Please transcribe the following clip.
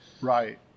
Right